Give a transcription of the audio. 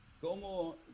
¿Cómo